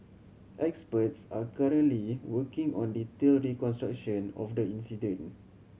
experts are currently working on detailed reconstruction of the incident